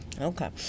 Okay